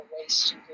waste